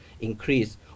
increase